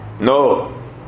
no